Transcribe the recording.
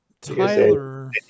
Tyler